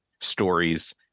stories